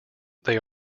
they